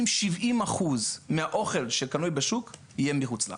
70%-60% מהאוכל שקנוי בשוק יהיה מחוץ לארץ.